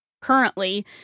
currently